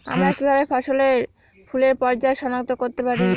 আমরা কিভাবে ফসলে ফুলের পর্যায় সনাক্ত করতে পারি?